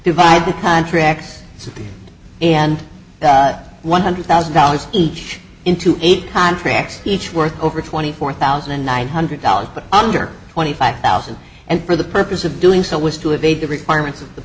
divide the contracts and the one hundred thousand dollars each into eight contracts each worth over twenty four thousand nine hundred dollars but under twenty five thousand and for the purpose of doing so was to evade the requirements of the